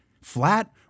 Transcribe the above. flat